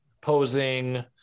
posing